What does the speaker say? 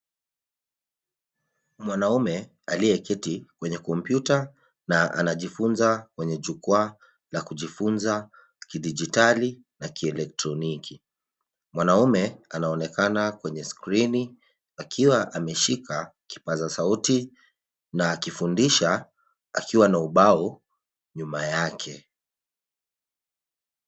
Mwanaume aliyeketi kwenye kompyuta na anajifunza kwenye jukwaa la kujifunza kidijitali na kielektroniki. Mwanaume anaonekana kwenye skrini akiwa ameshika kipaza sauti na akifundisha akiwa na ubao nyuma yake.